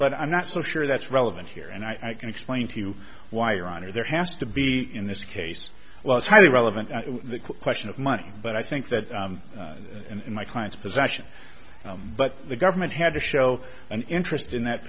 but i'm not so sure that's relevant here and i can explain to you why your honor there has to be in this case well it's highly relevant to the question of money but i think that in my client's possession but the government had to show an interest in that